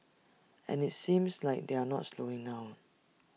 and IT seems like they're not slowing down